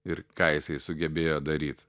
ir ką jisai sugebėjo daryt